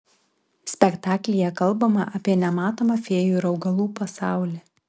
spektaklyje kalbama apie nematomą fėjų ir augalų pasaulį